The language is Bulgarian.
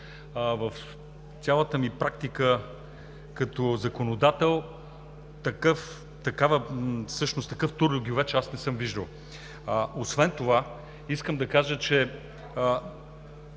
в цялата ми практика като законодател такъв тюрлю гювеч не съм виждал. Освен това искам да кажа, че